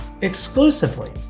exclusively